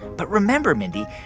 but remember, mindy,